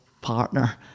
partner